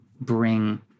bring